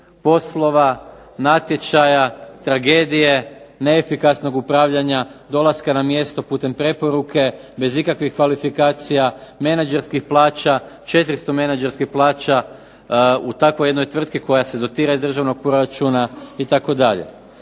poslova, natječaja, tragedije, neefikasnog upravljanja, dolaska na mjesto putem preporuke bez ikakvih kvalifikacija, menadžerskih plaća, 400 menadžerskih plaća u takvoj jednoj tvrtki koja se dotira iz državnog proračuna itd.